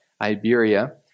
Iberia